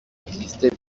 existait